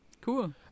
Cool